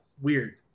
weird